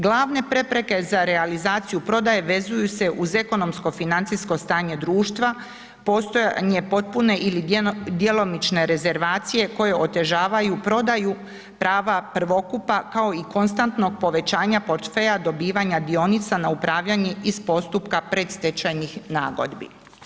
Glavne prepreke za realizaciju prodaje vezuju se uz ekonomsko financijsko stanje društva, postojanje potpune ili djelomične rezervacije koje otežavaju prodaju prava prvokupa, kao i konstantnog povećanja portfelja dobivanja dionica na upravljanje iz postupka predstečajnih nagodbi.